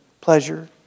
pleasure